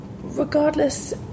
Regardless